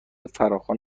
فراخوان